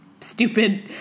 stupid